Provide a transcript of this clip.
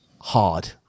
hard